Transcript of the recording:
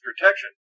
protection